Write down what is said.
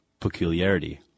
peculiarity